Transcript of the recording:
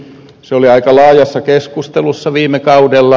se oli aika laajassa keskustelussa viime kaudella